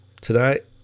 tonight